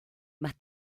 más